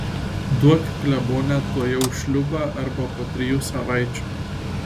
duok klebone tuojau šliūbą arba po trijų savaičių